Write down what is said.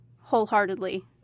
wholeheartedly